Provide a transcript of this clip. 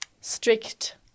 strict